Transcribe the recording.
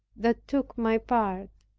that took my part.